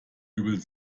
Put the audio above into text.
übel